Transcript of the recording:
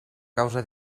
causa